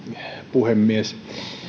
puhemies